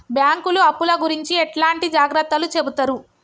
బ్యాంకులు అప్పుల గురించి ఎట్లాంటి జాగ్రత్తలు చెబుతరు?